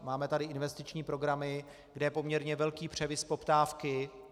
Máme tady investiční programy, kde je poměrně velký převis poptávky.